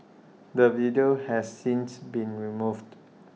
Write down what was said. the video has since been removed